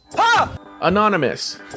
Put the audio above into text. Anonymous